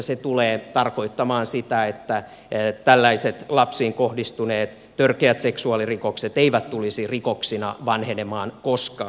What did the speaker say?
se tulee tarkoittamaan sitä että tällaiset lapsiin kohdistuneet törkeät seksuaalirikokset eivät tulisi rikoksina vanhenemaan koskaan